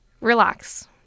relax